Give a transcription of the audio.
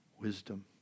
wisdom